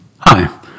Hi